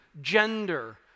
Gender